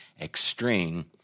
extreme